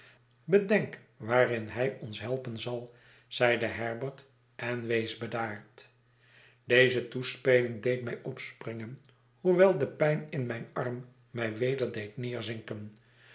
bedenk waarin hij ons helpen zal zeide herbert en wees bedaard deze toespeling deed mij opspringen hoewel de pijn in mijn arm mij weder deed